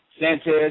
Sanchez